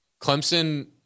Clemson